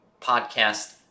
podcast